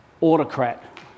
autocrat